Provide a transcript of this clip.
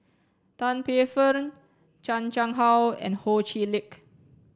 Tan Paey Fern Chan Chang How and Ho Chee Lick